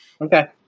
Okay